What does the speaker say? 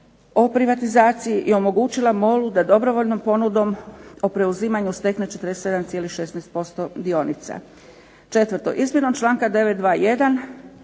o privatizaciji i omogućila MOL-u da dobrovoljnom ponudom o preuzimanju stekne 47,16% dionica. 4. izmjenom članka 921.